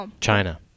China